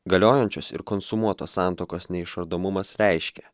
galiojančios ir konsumuotos santuokos neišardomumas reiškia